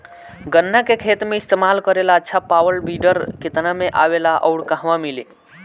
गन्ना के खेत में इस्तेमाल करेला अच्छा पावल वीडर केतना में आवेला अउर कहवा मिली?